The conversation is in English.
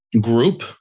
group